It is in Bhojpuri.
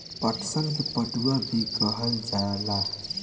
पटसन के पटुआ भी कहल जाला